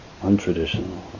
untraditional